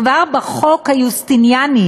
כבר בחוק היוסטיניאני